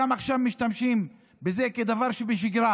גם עכשיו משתמשים בזה כדבר שבשגרה